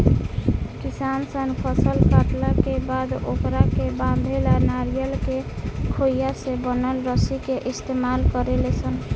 किसान सन फसल काटला के बाद ओकरा के बांधे ला नरियर के खोइया से बनल रसरी के इस्तमाल करेले सन